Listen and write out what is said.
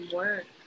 work